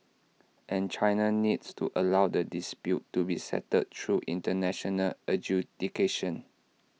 and China needs to allow the dispute to be settled through International adjudication